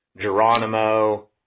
Geronimo